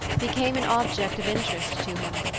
became an object of interest to him.